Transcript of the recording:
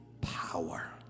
power